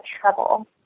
trouble